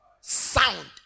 sound